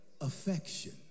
affection